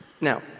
Now